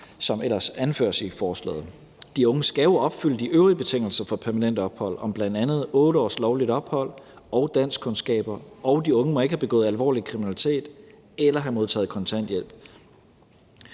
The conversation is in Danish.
det ellers anføres i forslaget. De unge skal jo opfylde de øvrige betingelser for permanent ophold om bl.a. 8 års lovligt ophold og danskkundskaber, og de unge må ikke have begået alvorlig kriminalitet eller have modtaget kontanthjælp.